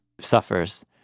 suffers